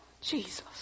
Jesus